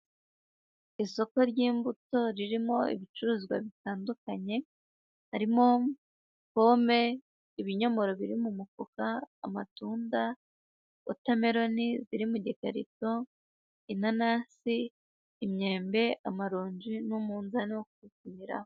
Isoko ry'imbuto ririmo ibicuruzwa bitandukanye, harimo: pome, ibinyomoro biri mu mufuka, amatunda, wotameloni ziri mu gikarito, inanasi, imyembe, amaronji n'umunzani wo kubipimiraho.